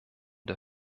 der